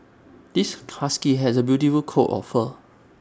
this husky has A beautiful coat of fur